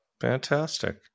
Fantastic